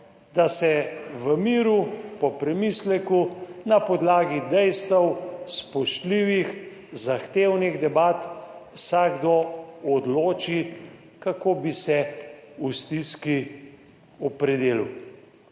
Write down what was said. da se v miru, po premisleku, na podlagi dejstev, spoštljivih, zahtevnih debat, vsakdo odloči, kako bi se v stiski opredelil.